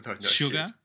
Sugar